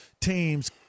teams